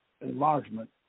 enlargement